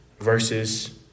versus